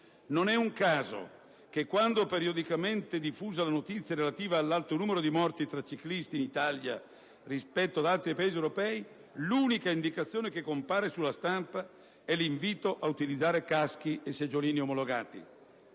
Non è un caso che, quando viene periodicamente diffusa la notizia relativa all'alto numero di morti tra ciclisti in Italia rispetto ad altri Paesi europei, l'unica indicazione che compare sulla stampa è l'invito ad utilizzare caschi e seggiolini omologati.